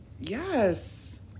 Yes